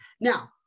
Now